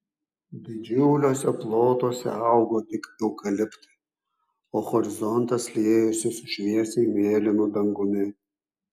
didžiuliuose plotuose augo tik eukaliptai o horizontas liejosi su šviesiai mėlynu dangumi